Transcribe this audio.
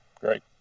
Great